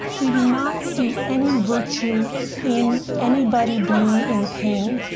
we do not see any virtue in anybody being in pain.